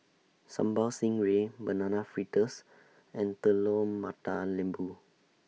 Sambal Stingray Banana Fritters and Telur Mata Lembu